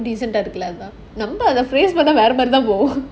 petty ரொம்ப:romba phrase மட்டும் மாறுனா போதும்:mattum maaruna podhum